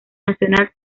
nacional